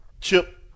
Chip